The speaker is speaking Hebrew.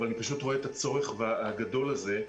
אבל אני פשוט רואה את הצורך הגדול הזה.